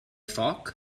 foc